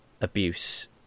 abuse